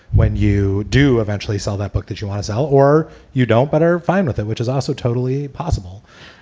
when you do eventually sell that book that you want to sell or you don't but are fine with it, which is also totally possible,